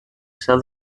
sell